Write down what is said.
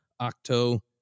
Octo